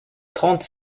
trente